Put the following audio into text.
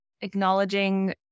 acknowledging